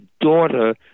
daughter